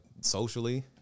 socially